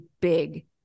big